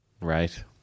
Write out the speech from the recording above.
right